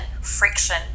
friction